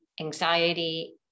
anxiety